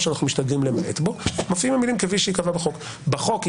אני קוראת לשוטרים ולמפכ"ל שבשטח --- תודה רבה.